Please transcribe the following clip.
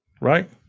right